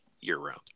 year-round